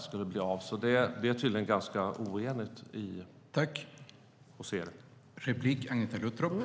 Ni är tydligen ganska oeniga inom oppositionen.